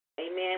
amen